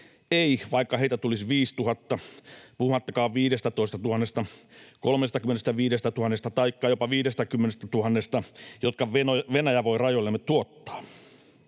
ei, vaikka heitä tulisi 5 000, puhumattakaan 15 000:sta, 35 000:sta taikka jopa 50 000:sta, jotka Venäjä voi rajoillemme tuottaa.